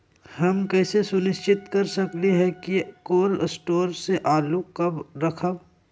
हम कैसे सुनिश्चित कर सकली ह कि कोल शटोर से आलू कब रखब?